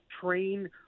train